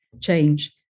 change